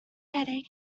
headache